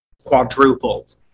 quadrupled